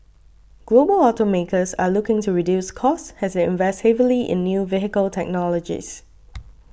global automakers are looking to reduce costs as they invest heavily in new vehicle technologies